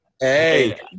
Hey